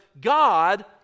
God